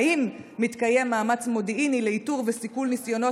האם מתקיים מאמץ מודיעיני לאיתור וסיכול ניסיונות